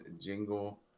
jingle